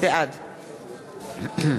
בעד